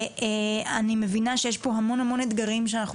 ואני מבינה שיש פה המון המון אתגרים שאנחנו